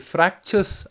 Fractures